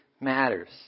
matters